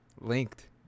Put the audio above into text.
linked